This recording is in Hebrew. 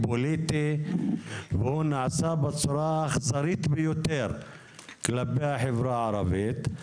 פוליטי והוא נעשה בצורה האכזרית ביותר כלפי החברה הערבית.